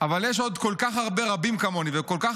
אבל יש עוד כל כך הרבה רבים כמוני וכל כך